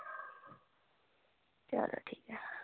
चलो ठीक ऐ